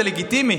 זה לגיטימי.